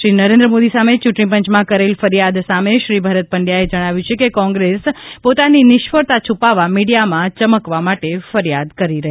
શ્રી નરેન્દ્રમોદી સામે ચૂંટણીપંચમાં કરેલ ફરિયાદ સામે શ્રી ભરત પંડ્યાએ જણાવ્યું છે કે કોંગ્રેસ પોતાની નિષ્ફળતા છૂપાવવા મીડીયામાં ચમકવા માટે ફરિયાદ કરી છે